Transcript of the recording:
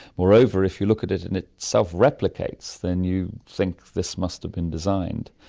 moreover if you look at it and it self-replicates then you think this must have been designed.